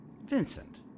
Vincent